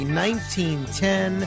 1910